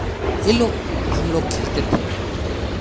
ये लोग हम लोग खेलते थे